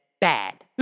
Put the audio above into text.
bad